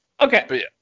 Okay